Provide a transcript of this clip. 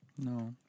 No